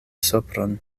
sopron